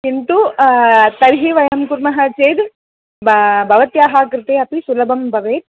किन्तु तर्हि वयं कुर्मः चेत् ब भवत्याः कृते अपि सुलभं भवेत्